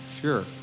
Sure